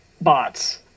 bots